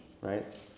right